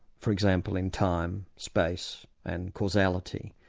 for example in time, space, and causality,